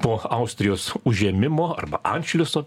po austrijos užėmimo arba anšliuso